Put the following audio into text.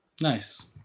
Nice